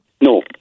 No